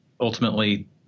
ultimately